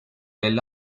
elli